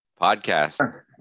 podcast